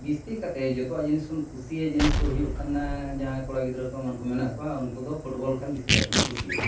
ᱡᱟᱹᱥᱛᱤ ᱠᱟᱛᱮ ᱡᱚᱛᱚᱣᱟᱜ ᱡᱤᱱᱤᱥ ᱠᱷᱚᱱ ᱠᱩᱥᱤᱭᱟᱜ ᱡᱤᱱᱤᱥ ᱫᱚ ᱦᱩᱭᱩᱜ ᱠᱟᱱᱟ ᱡᱟᱦᱟᱭ ᱠᱚᱲᱟ ᱜᱤᱫᱽᱨᱟᱹ ᱠᱚ ᱮᱢᱟᱱ ᱠᱚ ᱢᱮᱱᱟᱜ ᱠᱚᱣᱟ ᱩᱱᱠᱩ ᱫᱚ ᱯᱷᱩᱴᱵᱚᱞ ᱠᱷᱮᱞ ᱡᱟᱹᱥᱛᱤ ᱠᱟᱭᱛᱮᱠᱚ ᱠᱩᱥᱤᱭᱟᱜᱼᱟ